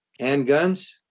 handguns